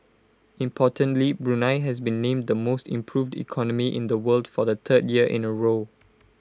importantly Brunei has been named the most improved economy in the world for the third year in A row